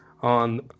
on